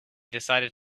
decided